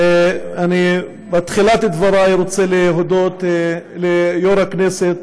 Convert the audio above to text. ואני בתחילת דברי רוצה להודות ליו"ר הכנסת